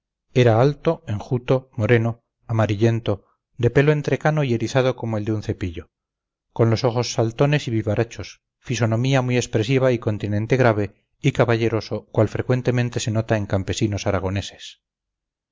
era alto enjuto moreno amarillento de pelo entrecano y erizado como el de un cepillo con los ojos saltones y vivarachos fisonomía muy expresiva y continente grave y caballeroso cual frecuentemente se nota en campesinos aragoneses